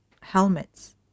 helmets